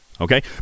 okay